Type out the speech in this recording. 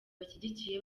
bashyigikiye